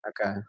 Okay